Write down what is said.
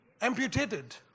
amputated